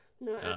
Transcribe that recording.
No